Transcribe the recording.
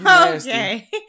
Okay